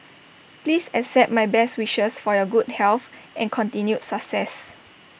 please accept my best wishes for your good health and continued success